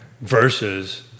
Versus